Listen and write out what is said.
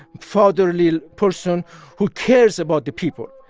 fatherly person who cares about the people.